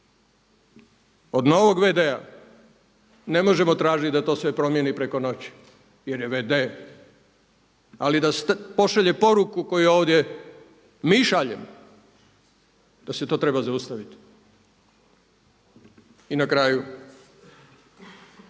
Od novog v.d.-a ne možemo tražiti da to sve promijeni preko noći jer je v.d. ali da pošalje poruku koju ovdje mi šaljemo da se to treba zaustaviti. I na kraju,